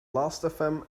lastfm